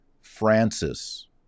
Francis